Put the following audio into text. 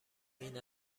این